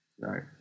Right